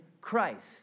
Christ